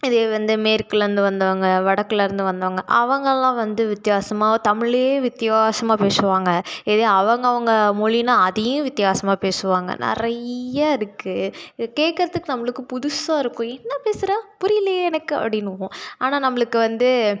இதே வந்து மேற்குலேருந்து வந்தவங்க வடக்குலேருந்து வந்தவங்க அவங்கள்லாம் வந்து வித்தியாசமாக தமிழே வித்தியாசமா பேசுவாங்க இதே அவங்க அவங்க மொழினால் அதையும் வித்தியாசமாக பேசுவாங்க நிறையா இருக்குது இது கேட்கறதுக்கு நம்மளுக்குப் புதுசாக இருக்கும் என்ன பேசுறே புரியலையே எனக்கு அப்படின்னுவோம் ஆனால் நம்மளுக்கு வந்து